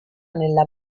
nella